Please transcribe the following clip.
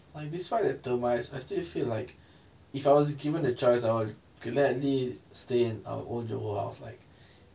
despite the termites I still feel like if I was given a choice I'll gladly stay in our old johor house it's like